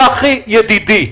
צחי ידידי,